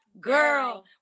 Girl